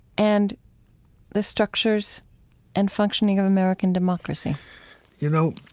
and the structures and functioning of american democracy you know,